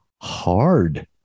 hard